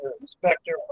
inspector